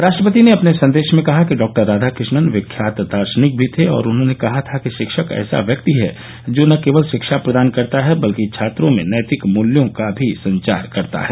राष्ट्रपति ने अपने संदेश में कहा कि डॉक्टर राधाकृष्णन विख्यात दार्शनिक भी थे और उन्होंने कहा था कि शिक्षक ऐसा व्यक्ति है जो न केवल शिक्षा प्रदान करता है बल्कि छात्रों में नैतिक मुल्यों का भी संचार करता है